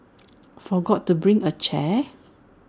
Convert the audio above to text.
forgot to bring A chair